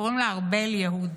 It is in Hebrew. קוראים לה ארבל יהוד.